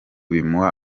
bimuha